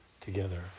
together